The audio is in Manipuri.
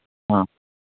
ꯑꯥ